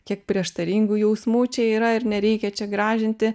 kiek prieštaringų jausmų čia yra ir nereikia čia gražinti